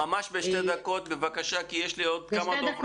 ממש בשתי דקות כי יש לי עוד כמה דוברים פה.